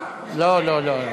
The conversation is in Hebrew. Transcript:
לא לא.